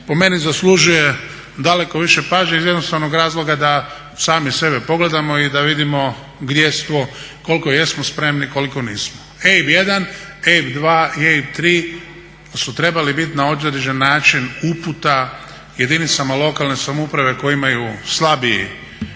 po meni zaslužuje daleko više pažnje iz jednostavnog razloga da sami sebe pogledamo i da vidimo gdje smo, koliko jesmo spremni, koliko nismo. EIB 1, EIB 2 i EIB 3 su trebali bit na određen način uputa jedinicama lokalne samouprave koje imaju slabiji